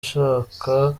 ushaka